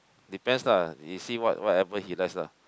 depends lah you see what whatever he likes lah